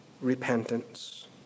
repentance